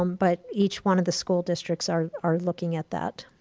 um but each one of the school districts are are looking at that.